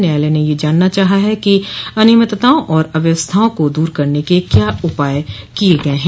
न्यायालय ने जानना चाहा है कि अनियमितताओं और अव्यवस्थाओं को दूर करने के क्या उपाय किये गये हैं